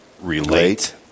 relate